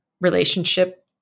relationship